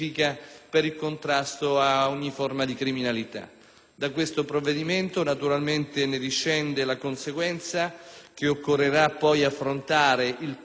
Da questo provvedimento naturalmente discende la conseguenza che occorrerà poi affrontare il tema dei trattamenti e dell'accertamento